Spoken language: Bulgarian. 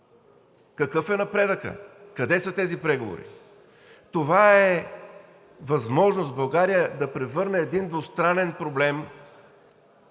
Какъв е напредъкът, къде са тези преговори? Това е възможност България да превърне един двустранен проблем